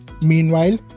Meanwhile